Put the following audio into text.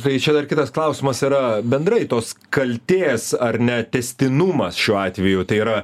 tai čia dar kitas klausimas yra bendrai tos kaltės ar ne tęstinumas šiuo atveju tai yra